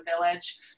Village